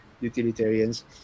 utilitarians